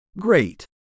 Great